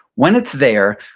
when it's there,